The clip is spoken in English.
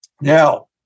Now